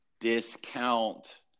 discount